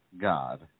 God